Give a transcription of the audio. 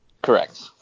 Correct